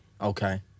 Okay